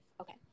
Okay